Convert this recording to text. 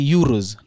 Euros